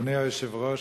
אדוני היושב-ראש,